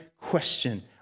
question